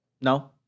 No